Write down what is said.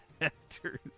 actors